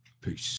Peace